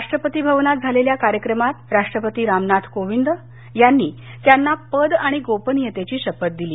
राष्ट्रपती भवनात झालेल्या कार्यक्रमात राष्ट्रपती रामनाथ कोविंद यांनी त्यांना पद आणि गोपनीयतेची शपथ दिली